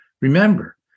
Remember